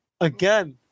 Again